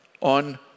on